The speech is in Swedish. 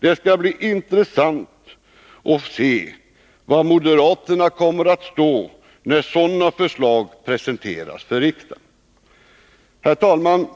Det skall bli intressant att se hur moderaterna ställer sig när sådana förslag presenteras för riksdagen. Herr talman!